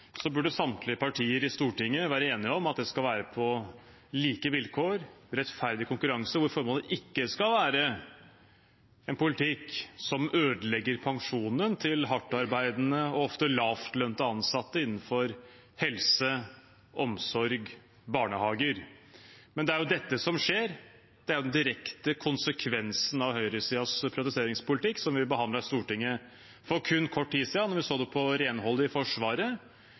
burde samtlige partier i Stortinget være enige om at det skal være på like vilkår, rettferdig konkurranse, hvor formålet ikke skal være en politikk som ødelegger pensjonen til hardtarbeidende og ofte lavtlønnede ansatte innenfor helse, omsorg, barnehager. Men det er dette som skjer. Det er den direkte konsekvensen av høyresidens privatiseringspolitikk vi behandlet i Stortinget for kun kort tid siden, da vi så det på renhold i Forsvaret.